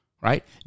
right